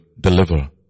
deliver